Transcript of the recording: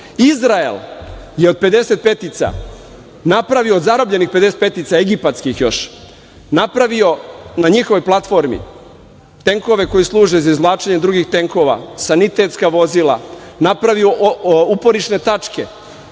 Izrael je od zarobljenih egipatskih 55 napravio na njihovoj platformi tenkove koji služe za izvlačenje drugih tenkova, sanitetska vozila, napravio uporišne tačke.